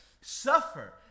suffer